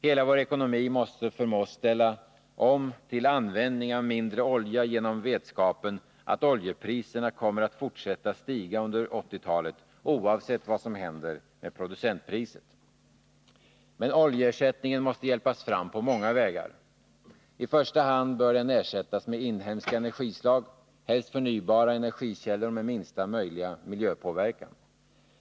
Hela vår ekonomi måste förmås ställa om till användning av mindre olja genom vetskapen att oljepriserna kommer att fortsätta att stiga under 1980-talet oavsett vad som händer med producentpriset. Men oljeersättningen måste hjälpas fram på många vägar. I första hand bör oljan ersättas med inhemska energislag — helst förnybara energikällor med minsta möjliga miljöpåverkan.